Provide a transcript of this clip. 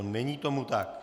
Není tomu tak.